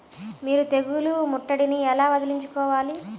మీరు తెగులు ముట్టడిని ఎలా వదిలించుకోవాలి?